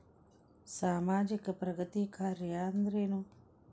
ಸಾಮಾಜಿಕ ಪ್ರಗತಿ ಕಾರ್ಯಾ ಅಂದ್ರೇನು?